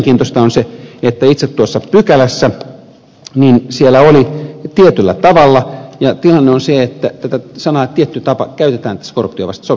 mielenkiintoista on se että itse tuossa pykälässä oli tietyllä tavalla ja tilanne on se että tätä ilmausta tietty tapa käytetään tässä korruptionvastaisessa sopimuksessa